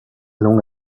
long